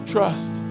Trust